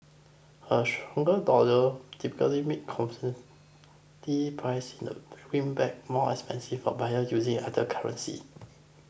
a stronger dollar typically make priced in the greenback more expensive for buyer using other currency